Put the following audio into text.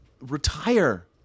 Retire